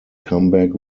comeback